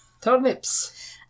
Turnips